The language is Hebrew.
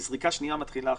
זריקה שנייה מתחילה עכשיו.